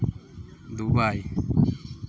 Dubai